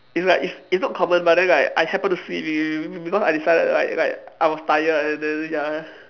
it's like it's it's not common but then like I happen to see be~ because I decided like like I was tired and then ya